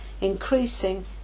increasing